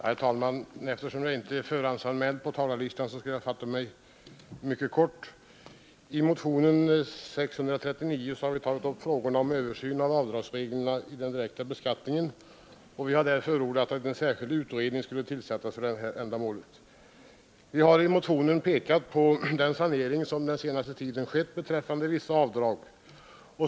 Herr talman! Eftersom jag inte är förhandsanmäld på talarlistan skall jag fatta mig mycket kort. I motionen 639 har vi tagit upp frågan om översyn av avdragsreglerna vid den direkta beskattningen. Vi har förordat att en särskild utredning skulle tillsättas för detta ändamål. Vi har i motionen pekat på den 3 sanering som skett på senare tid beträffande vissa avdrag.